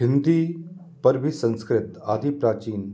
हिन्दी पर भी संस्कृत आदि प्राचीन